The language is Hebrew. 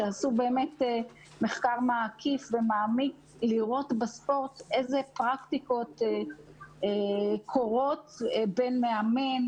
שעשו באמת מחקר מקיף ומעמיק לראות בספורט אילו פרקטיקות קורות בין מאמן